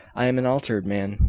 i am an altered man,